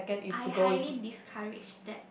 I highly discouraged that